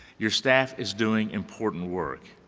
your staff is doing important work.